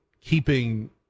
keeping